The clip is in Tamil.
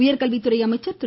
உயர் கல்வித்துறை அமைச்சர் திரு